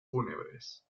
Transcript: fúnebres